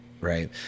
right